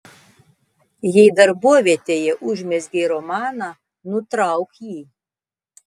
jei darbovietėje užmezgei romaną nutrauk jį